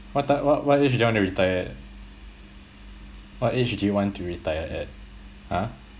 what type what what age do you want to retire what age do you want to retire at !huh!